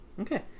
Okay